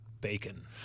bacon